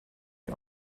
had